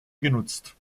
genutzt